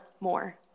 more